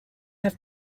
have